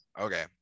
Okay